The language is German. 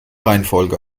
reihenfolge